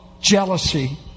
jealousy